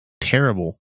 terrible